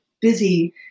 busy